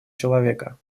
человека